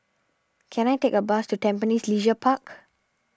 can I take a bus to Tampines Leisure Park